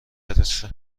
فرسته